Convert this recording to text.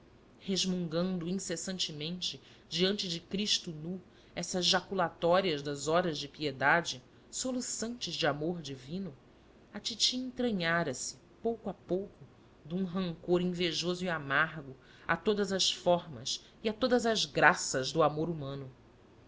resmungando incessantemente diante de cristo nu essas jaculatórias das horas de piedade soluçantes de amor divino a titi entranhara se pouco a pouco de um rancor invejoso e amargo a todas as formas e a todas as graças do amor humano